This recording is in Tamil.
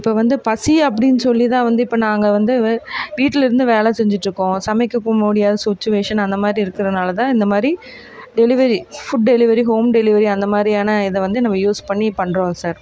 இப்போ வந்து பசி அப்படினு சொல்லி தான் வந்து இப்போ நாங்கள் வந்து வீ வீட்டில் இருந்து வேலை செஞ்சுட்டு இருக்கோம் சமைக்க முடியாத சுச்சுவேஷன் அந்த மாதிரி இருக்கிறனால தான் இந்த மாதிரி delivery food delivery home delivery அந்த மாதிரியான இதை வந்து நம்ம யூஸ் பண்ணி பண்றோம் சார்